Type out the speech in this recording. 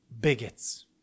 bigots